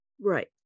right